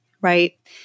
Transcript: Right